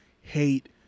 hate